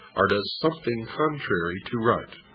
or does something contrary to right.